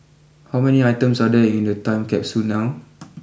how many items are there in the time capsule now